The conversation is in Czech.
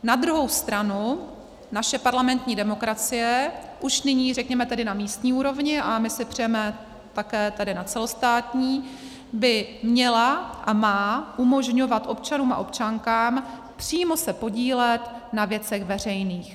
Na druhou stranu naše parlamentní demokracie už nyní, řekněme tedy na místní úrovni, a my si přejeme také tedy na celostátní, by měla a má umožňovat občanům a občankám přímo se podílet na věcech veřejných.